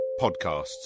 podcasts